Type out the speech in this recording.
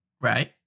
right